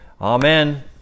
Amen